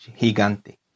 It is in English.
gigante